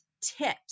tips